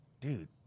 dude